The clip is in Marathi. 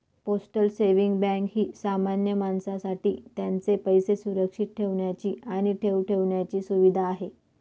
पोस्टल सेव्हिंग बँक ही सामान्य माणसासाठी त्यांचे पैसे सुरक्षित ठेवण्याची आणि ठेव ठेवण्याची सुविधा आहे